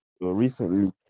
recently